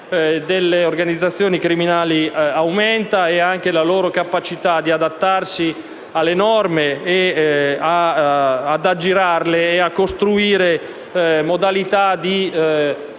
delle organizzazioni criminali aumenta come anche la loro capacità di adattarsi alle norme, di aggirarle e costruire modalità di